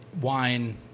wine